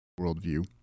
worldview